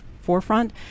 forefront